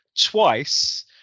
twice